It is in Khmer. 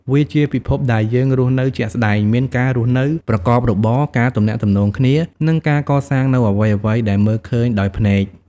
វាជាពិភពដែលយើងរស់នៅជាក់ស្តែង មានការរស់នៅ ការប្រកបរបរ ការទំនាក់ទំនងគ្នា និងការកសាងនូវអ្វីៗដែលមើលឃើញដោយភ្នែក។